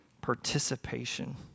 participation